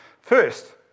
First